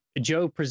Joe